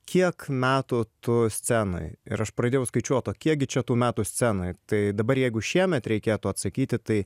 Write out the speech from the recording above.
kiek metų tu scenoj ir aš pradėjau skaičiuot o kiekgi čia tų metų scenoj tai dabar jeigu šiemet reikėtų atsakyti tai